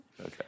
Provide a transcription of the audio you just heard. Okay